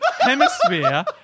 hemisphere